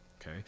okay